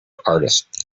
artist